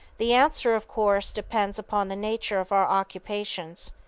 the answer, of course, depends upon the nature of our occupations.